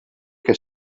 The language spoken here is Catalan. que